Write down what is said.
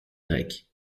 grecque